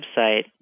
website